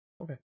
Okay